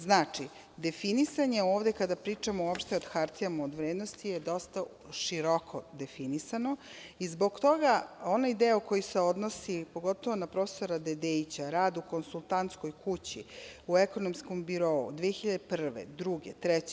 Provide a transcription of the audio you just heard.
Znači, definisan je ovde kada pričamo uopšte o hartijama od vrednosti je dosta široko definisano i zbog toga onaj deo koji se odnosi, pogotovo na profesora Dedeića rad u konsultantskoj kući, u ekonomskom birou 2001, 2002, 2003.